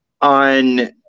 on